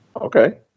Okay